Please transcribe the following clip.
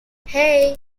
hey